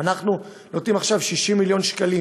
אנחנו נותנים עכשיו 60 מיליון שקלים,